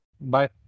bye